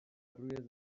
روی